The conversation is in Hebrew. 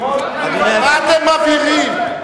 מה אתם מבעירים?